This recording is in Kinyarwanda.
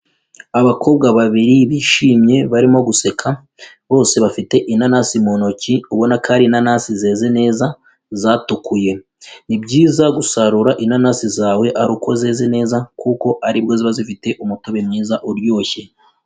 Abakobwa babiri bishimye barimo guseka, bose bafite inanasi mu ntoki ubona ko ari inanasi zeze neza zatukuye. Ni byiza gusarura inanasi zawe ari uko zeze neza kuko aribwo ziba zifite umutobe mwiza uryoshye.